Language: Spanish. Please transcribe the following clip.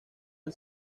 del